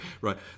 right